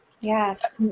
Yes